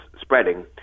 spreading